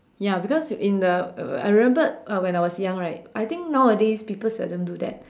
ya because in the uh I remembered when I was young right I think nowadays people seldom do that